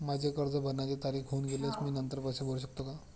माझे कर्ज भरण्याची तारीख होऊन गेल्यास मी नंतर पैसे भरू शकतो का?